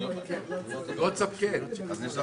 מענקים שנע